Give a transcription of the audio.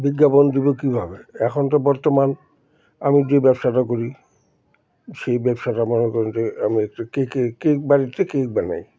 বিজ্ঞাপন দেব কীভাবে এখন তো বর্তমান আমি যে ব্যবসাটা করি সেই ব্যবসাটা মনে করেন যে আমি একটু কে কে কেক বাড়িতে কেক বানাই